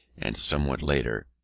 and somewhat later,